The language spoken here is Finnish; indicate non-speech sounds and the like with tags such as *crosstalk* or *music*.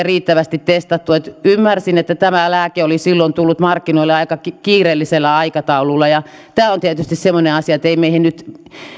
*unintelligible* riittävästi testattu ymmärsin että tämä lääke oli silloin tullut markkinoille aika kiireellisellä aikataululla ja tämä on tietysti semmoinen asia että ei meihin nyt